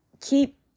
keep